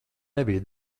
nebija